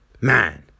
Man